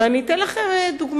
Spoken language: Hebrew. אבל אני אתן לכם דוגמה,